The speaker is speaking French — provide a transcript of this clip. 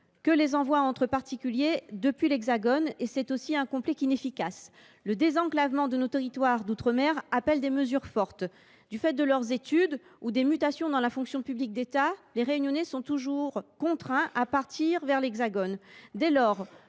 que les envois entre particuliers depuis l’Hexagone : ce dispositif est donc aussi incomplet qu’inefficace. Or le désenclavement de nos territoires d’outre mer appelle des mesures fortes. Du fait de leurs études ou de mutations dans la fonction publique d’État, les Réunionnais sont toujours contraints à se rendre dans l’Hexagone. Dès lors,